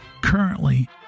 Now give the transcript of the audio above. currently